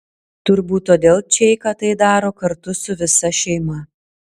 turbūt todėl čeika tai daro kartu su visa šeima